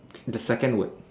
the second word